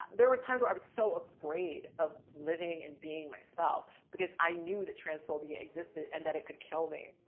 there were times where i was so afraid of living and being myself because i knew that transphobia existed and that it could kill me.